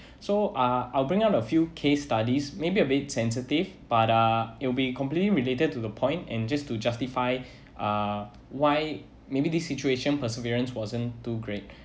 so uh I'll bring out a few case studies maybe a bit sensitive but uh it'll be completely related to the point and just to justify uh why maybe this situation perseverance wasn't too great